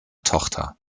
tochter